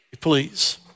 please